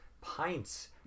pints